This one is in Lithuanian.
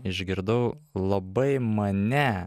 išgirdau labai mane